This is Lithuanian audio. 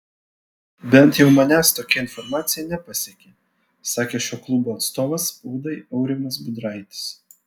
bent jau manęs tokia informacija nepasiekė sakė šio klubo atstovas spaudai aurimas budraitis